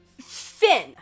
Finn